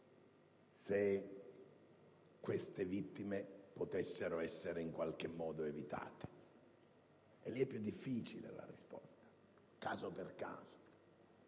se queste vittime potessero essere, in qualche modo, evitate. E lì più difficile è la risposta, caso per caso.